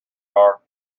are